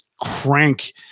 crank